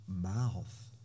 mouth